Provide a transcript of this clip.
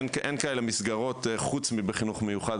אין כאלה מסגרות חוץ מבחינוך מיוחד,